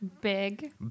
Big